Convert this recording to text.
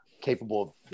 capable